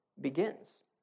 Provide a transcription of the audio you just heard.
begins